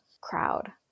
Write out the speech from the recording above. crowd